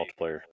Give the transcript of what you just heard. multiplayer